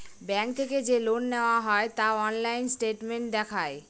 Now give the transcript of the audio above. bank থেকে যে loan নেওয়া হয় তা অনলাইন স্টেটমেন্ট দেখায়